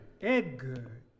Edgar